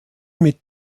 mit